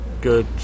good